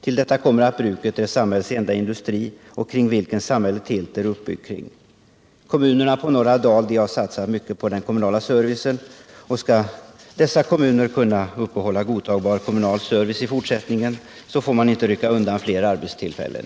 Till detta kommer att bruket är samhällets enda industri, kring vilket samhället helt är uppbyggt. Kommunerna på norra Dal har satsat mycket på den kommunala servicen. Skall de kunna uppehålla godtagbar kommunal service i fortsättningen får man i dag inte flytta undan fler arbetstillfällen.